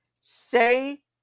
Say